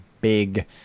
big